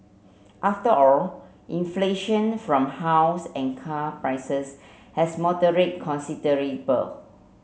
after all inflation from house and car prices has moderated considerable